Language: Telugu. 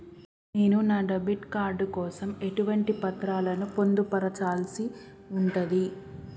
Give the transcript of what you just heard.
సార్ నేను డెబిట్ కార్డు కోసం ఎటువంటి పత్రాలను పొందుపర్చాల్సి ఉంటది?